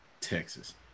Texas